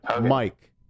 Mike